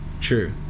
true